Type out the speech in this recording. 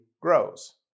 grows